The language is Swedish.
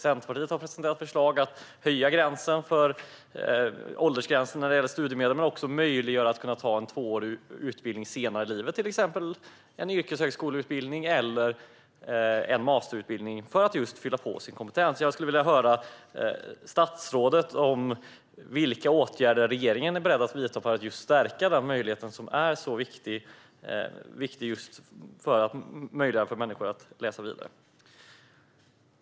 Centerpartiet har presenterat ett förslag om att höja åldersgränsen när det gäller studiemedel, men också möjliggöra att gå en tvåårig utbildning senare i livet, till exempel en yrkeshögskoleutbildning eller en masterutbildning, för att fylla på sin kompetens. Jag skulle vilja höra statsrådet berätta vilka åtgärder regeringen är beredd att vidta för att stärka den möjligheten, som är så viktig just för att människor ska kunna läsa vidare.